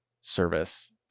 service